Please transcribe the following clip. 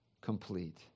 complete